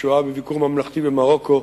השוהה בביקור ממלכתי במרוקו,